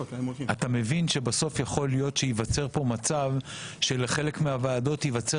אתה מבין שבסוף יכול שייווצר פה מצב שבחלק מהוועדות יהיה